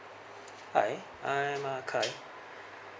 hi I'm uh kai